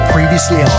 Previously